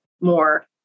more